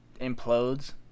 implodes